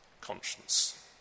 conscience